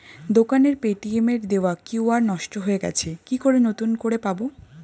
দোকানের পেটিএম এর দেওয়া কিউ.আর নষ্ট হয়ে গেছে কি করে নতুন করে পাবো?